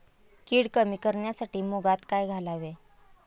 कीड कमी करण्यासाठी मुगात काय घालावे?